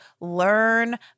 learn